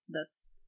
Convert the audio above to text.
thus